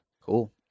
Cool